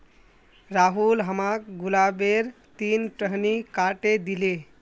राहुल हमाक गुलाबेर तीन टहनी काटे दिले